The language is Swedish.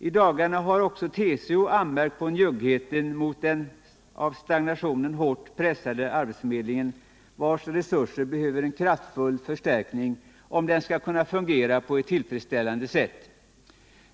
I dagarna har även TCO anmärkt på njuggheten mot den av stagnationen hårt pressade arbetsförmedlingen, vars resurser behöver en kraftfull förstärkning om den skall kunna fungera på ett tillfredsställande sätt.